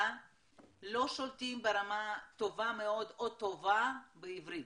לא שולטים ברמה טובה מאוד או טובה בעברית.